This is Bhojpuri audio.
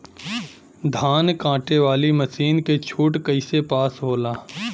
धान कांटेवाली मासिन के छूट कईसे पास होला?